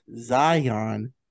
Zion